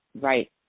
Right